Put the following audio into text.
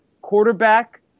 quarterback